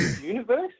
universe